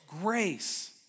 grace